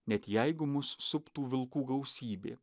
net jeigu mus suptų vilkų gausybė